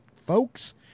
folks